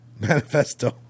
manifesto